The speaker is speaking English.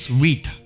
wheat